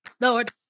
Lord